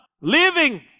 living